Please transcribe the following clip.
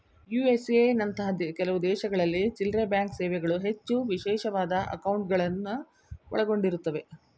USA ನಂತಹ ಕೆಲವು ದೇಶಗಳಲ್ಲಿ ಚಿಲ್ಲ್ರೆಬ್ಯಾಂಕ್ ಸೇವೆಗಳು ಹೆಚ್ಚು ವಿಶೇಷವಾದ ಅಂಕೌಟ್ಗಳುನ್ನ ಒಳಗೊಂಡಿರುತ್ತವೆ